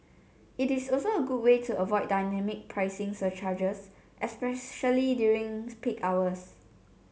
it is also a good way to avoid dynamic pricing surcharges especially during peak hours